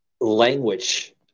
language